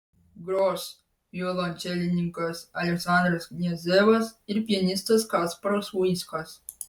gros violončelininkas aleksandras kniazevas ir pianistas kasparas uinskas